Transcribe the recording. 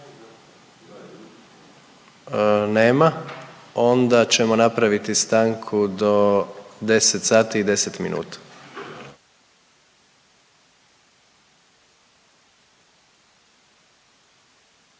Nema. Onda ćemo napraviti stanku do 10 sati i 10 minuta.